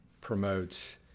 promotes